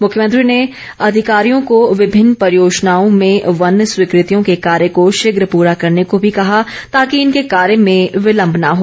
मुख्यमंत्री ने अधिकारियों को विभिन्न परियोजनाओं में वन स्वीकृतियों के कार्य को शीघ पूरा करने को भी कहा ताकि इनके कार्य में विलम्ब न हो